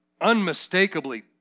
unmistakably